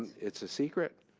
it's a secret.